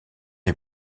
les